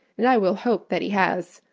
and i will hope that he has.